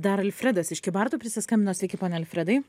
dar alfredas iš kybartų prisiskambino sveiki pone alfredai